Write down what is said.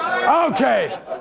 Okay